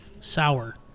sour